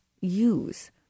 use